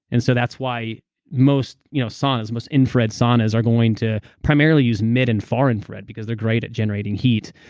and so that's why most you know saunas, most infrared saunas are going to primarily use mid and far infrared, because they're great at generating heat.